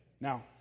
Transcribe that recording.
now